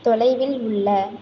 தொலைவில் உள்ள